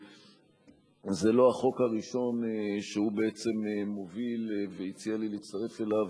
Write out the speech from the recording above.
שזה לא החוק הראשון שהוא בעצם מוביל והציע לי להצטרף אליו,